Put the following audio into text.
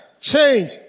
change